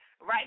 right